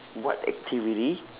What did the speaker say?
what activity